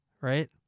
right